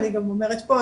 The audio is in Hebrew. אני גם אומרת פה,